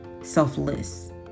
selfless